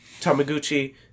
Tamaguchi